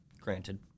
granted